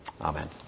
Amen